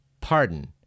pardon